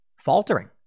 faltering